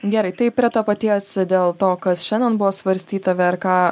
gerai tai prie to paties dėl to kas šiandien buvo svarstyta vrk